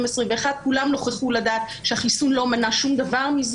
כולם נוכחו לדעת שהחיסון לא מנע שום דבר.